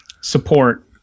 support